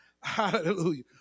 Hallelujah